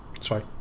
Sorry